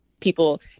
people